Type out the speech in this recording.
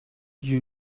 you